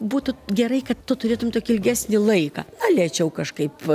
būtų gerai kad tu turėtum tokį ilgesnį laiką galėčiau kažkaip